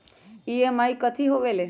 EMI कथी होवेले?